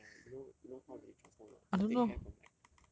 no leh you know you know how they transplant or not they take care from like